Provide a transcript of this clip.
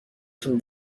تون